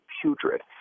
putrid